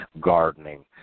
Gardening